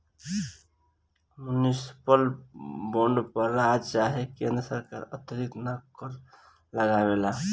municipal bond पर राज्य चाहे केन्द्र सरकार अतिरिक्त कर ना लगावेला